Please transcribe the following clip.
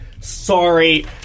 sorry